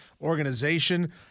organization